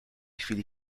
chwili